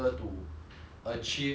achieve um